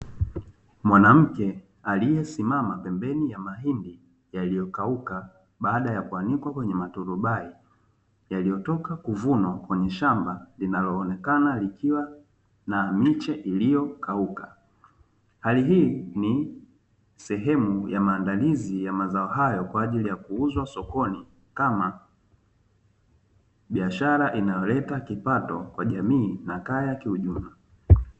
Mwanamke aliyesimama pembeni ya mahindi yaliyo kauka baada ya kuanikwa kwenye maturubai, yaliyotoka kuvunwa kwenye shamba linalo onekana likiwa na miche iliyokauka. Hali hii ni sehemu ya maandazi ya mazao hayo kwa ajili ya kuuzwa sokoni kama biashara inayoleta kipato kwa jamii na kaya kiujumla.